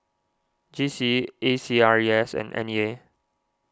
G C E A C R E S and N E A